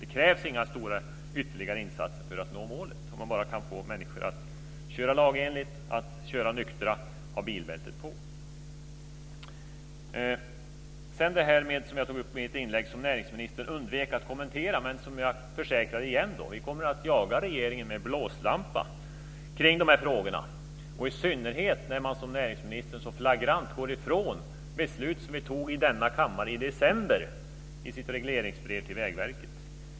Det krävs inga stora ytterligare insatser för att nå målet om man bara kan få människor att köra lagenligt, att köra nyktra och att ha bilbälte på. Jag tog i mitt inlägg upp en fråga som näringsministern undvek att kommentera. Jag försäkrar återigen att vi kommer att jaga regeringen med blåslampa i denna fråga, i synnerhet när näringsministern i sitt regleringsbrev till Vägverket så flagrant går ifrån beslut som vi tog i denna kammare i december.